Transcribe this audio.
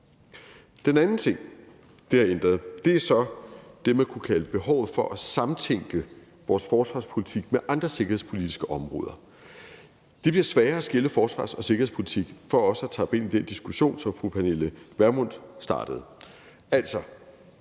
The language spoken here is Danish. Det andet, der er ændret, er så det, man kunne kalde behovet for at samtænke vores forsvarspolitik med andre sikkerhedspolitiske områder. Det bliver sværere at skille forsvars- og sikkerhedspolitik vil jeg sige for også at tappe ind i den diskussion, som fru Pernille Vermund startede.